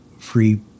Free